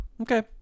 Okay